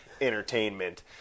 entertainment